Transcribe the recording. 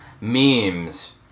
memes